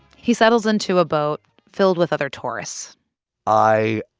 he settles into a boat filled with other tourists i